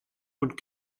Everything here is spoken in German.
und